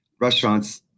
restaurants